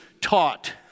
taught